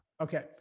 Okay